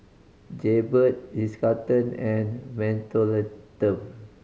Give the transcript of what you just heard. Jaybird Ritz Carlton and Mentholatum